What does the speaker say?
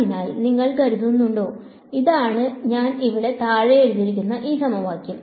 അതിനാൽ നിങ്ങൾ കരുതുന്നുണ്ടോ അതിനാൽ ഇതാണ് ഞാൻ ഇവിടെ താഴെ എഴുതിയിരിക്കുന്ന ഈ സമവാക്യം